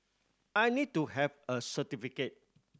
I need to have a certificate